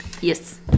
yes